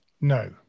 No